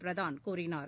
பிரதான் கூறினார்